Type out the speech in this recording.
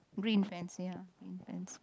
green fence ya green fence